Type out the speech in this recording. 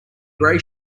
gray